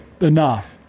enough